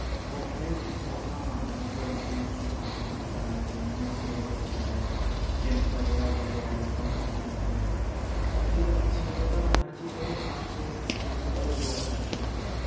وہ میرے بہت کام آتا ہے مطلب اس میں اچھی خاصی بکس آجاتی ہیں اس میں اسپیس اچھا ہے چین وغیرہ بڑھیا ہے ایک دم پرفیکٹ ہے سب چیزیں اچھی ہیں مطلب ہر چیز میری آرام سے کنفرٹیبل ہو کر رکھی جاتی ہے